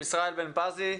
ישראל בן פזי,